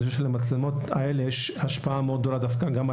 חושב שלמצלמות האלה יש השפעה מאוד גדולה גם על